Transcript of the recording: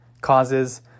causes